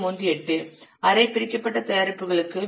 38 அரை பிரிக்கப்பட்ட தயாரிப்புகளுக்கு இது 0